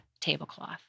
tablecloth